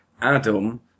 Adam